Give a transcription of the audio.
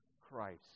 Christ